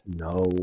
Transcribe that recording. No